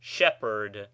Shepherd